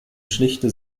schlichte